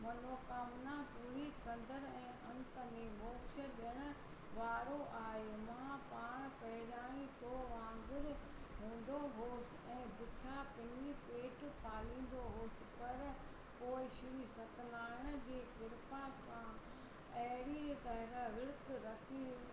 मनोकामना पूरी कंदड़ु ऐं अंत में मोक्ष ॾियण वारो आहे मां पाण पहिरिया ईं तो वांगर हूंदो होस ऐं बिख्या पिनी पेट पालींदो हुअसि पर पोइ श्री सत्यनारायण जे कृपा सां अहिड़ी तरह विर्तु रखी